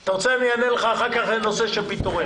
אתה רוצה, אני אענה לך אחר כך לנושא של פיטורים.